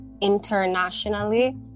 internationally